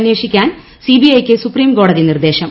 അന്വേഷിക്കാൻ സിബിഐ ക്ക് സുപ്രീം കോടതി നിർദേശം